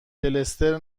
دلستر